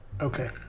Okay